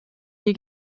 hier